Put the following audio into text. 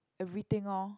everything orh